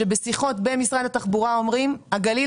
שבשיחות במשרד התחבורה אומרים: הגליל